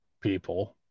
People